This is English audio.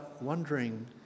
wondering